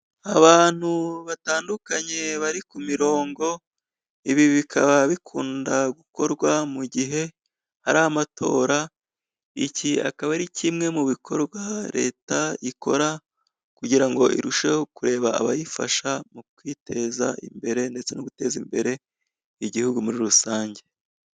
Abantu batandukanye bari kurongo, ibi bikaba bikunda gukorwa mu gihe hari amatora, iki akaba ari kimwe mu bikorwa leta ikora, kugira ngo irusheho kureba abayifasha mu kwiteza imbere ndetse no guteza imbere igihugu muri rusange.